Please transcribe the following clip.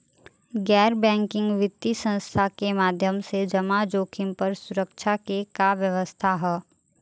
गैर बैंकिंग वित्तीय संस्था के माध्यम से जमा जोखिम पर सुरक्षा के का व्यवस्था ह?